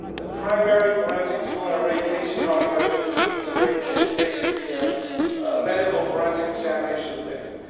the primary forensic tool in and a rape case you've probably heard of it it's it's a rape kit. it's basically ah a medical forensic examination of the victim.